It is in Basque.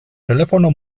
telefono